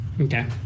Okay